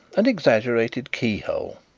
an exaggerated keyhole,